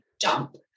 jump